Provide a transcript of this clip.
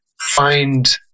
find